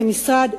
כמשרד,